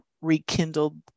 rekindled